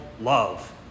love